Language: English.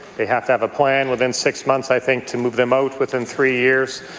they have to have a plan within six months, i think, to move them out within three years.